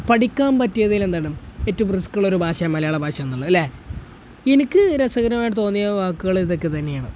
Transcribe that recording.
പഠിക്കാൻ പറ്റിയതില് എന്താണ് ഏറ്റവും റിസ്കുള്ളൊരു ഭാഷയാണ് മലയാളഭാഷയെന്നുള്ളത് അല്ലേ എനിക്ക് രസകരമായിട്ട് തോന്നിയ വാക്കുകൾ ഇതൊക്കെ തന്നെയാണ്